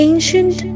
Ancient